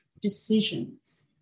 decisions